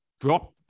Drop